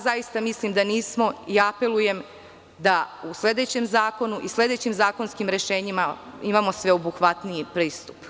Zaista mislim da nisu i apelujem da u sledećem zakonu i sledećim zakonskim rešenjima imamo sveobuhvatniji pristup.